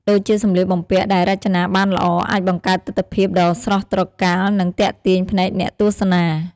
ដូចជាសម្លៀកបំពាក់ដែលរចនាបានល្អ អាចបង្កើតទិដ្ឋភាពដ៏ស្រស់ត្រកាល និងទាក់ទាញភ្នែកអ្នកទស្សនា ។